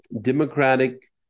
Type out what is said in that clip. Democratic